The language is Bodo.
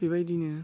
बेबायदिनो